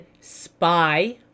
Spy